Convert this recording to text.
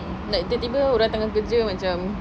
like tiba tiba orang tengah kerja macam